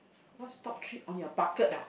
what's top three on your bucket ah